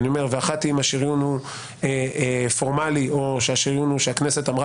ואחת היא אם השריון הוא פורמלי או שהכנסת אמרה